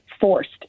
forced